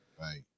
right